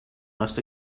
must